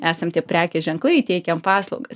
esam tie prekės ženklai teikiam paslaugas